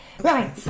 Right